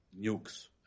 nukes